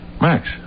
Max